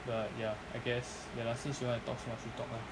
but ya I guess ya lah since you want to talk so much you talk lah